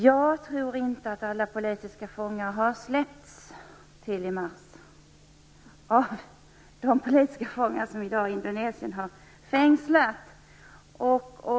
Jag tror inte att alla politiska fångar i Indonesien har släppts till i mars.